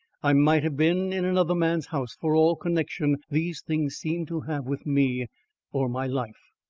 i might have been in another man's house for all connection these things seemed to have with me or my life.